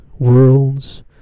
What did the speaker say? worlds